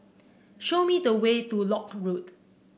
show me the way to Lock Road